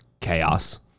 chaos